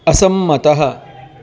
असम्मतः